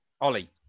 Ollie